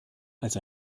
als